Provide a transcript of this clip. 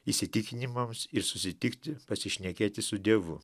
įsitikinimams ir susitikti pasišnekėti su dievu